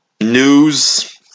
news